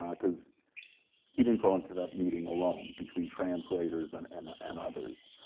um cause he didn't go into that meeting alone, between translators and and and others.